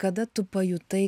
kada tu pajutai